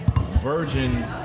virgin